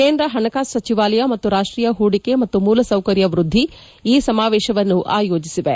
ಕೇಂದ್ರ ಹಣಕಾಸು ಸಚಿವಾಲಯ ಮತ್ತು ರಾಷ್ಟೀಯ ಹೂಡಿಕೆ ಮತ್ತು ಮೂಲಸೌಕರ್ಯ ವೃದ್ದಿ ಈ ಸಮಾವೇಶವನ್ನು ಆಯೋಜಿಸಿವೆ